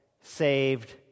saved